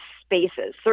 spaces